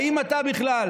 האם אתה בכלל,